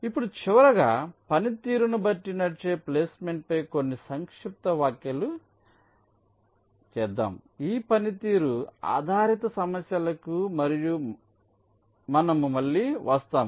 ఇప్పుడు చివరగా పనితీరును బట్టి నడిచే ప్లేస్మెంట్పై కొన్ని సంక్షిప్త వ్యాఖ్యలు చేద్దాం ఈ పనితీరు ఆధారిత సమస్యలకు మనము మళ్ళీ వస్తాము